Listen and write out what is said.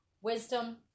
wisdom